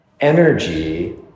energy